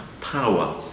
power